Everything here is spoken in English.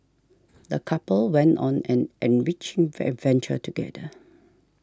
the couple went on an enriching adventure together